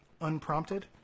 unprompted